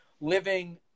living